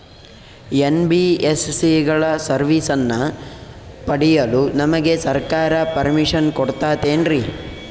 NBSC ಗಳ ಸರ್ವಿಸನ್ನ ಪಡಿಯಲು ನಮಗೆ ಸರ್ಕಾರ ಪರ್ಮಿಷನ್ ಕೊಡ್ತಾತೇನ್ರೀ?